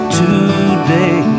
today